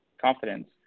confidence